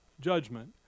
judgment